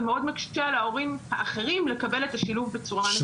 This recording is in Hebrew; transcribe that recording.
מקשה על ההורים האחרים לקבל את השילוב בצורה נוחה.